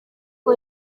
uko